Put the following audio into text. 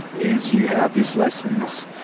is you have these lessons,